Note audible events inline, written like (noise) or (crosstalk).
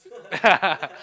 yeah (laughs)